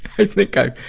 i think i,